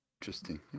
Interesting